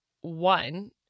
one